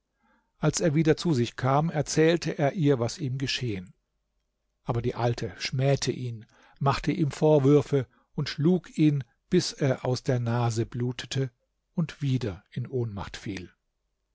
als er wieder zu sich kam erzählte er ihr was ihm geschehen aber die alte schmähte ihn machte ihm vorwürfe und schlug ihn bis er aus der nase blutete und wieder in ohnmacht fiel